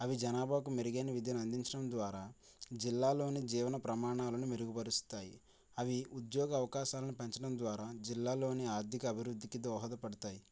అవి జనాభాకు మెరుగైన విద్యను అందిచడం ద్వారా జిల్లాలోని జీవన ప్రమాణాలను మెరుగుపరుస్తాయి అవి ఉద్యోగ అవకాశాలను పెంచడం ద్వారా జిల్లాలోని ఆర్ధిక అభివృద్ధికి దోహదపడతాయి